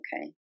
okay